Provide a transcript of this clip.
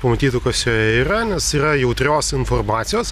pamatytų kas joje yra nes yra jautrios informacijos